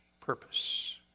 purpose